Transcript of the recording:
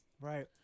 Right